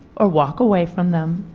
or walk away from them?